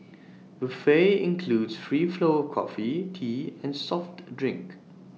buffet includes free flow of coffee tea and soft drinks